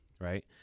right